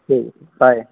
ठीक ऐ